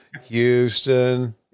Houston